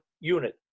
unit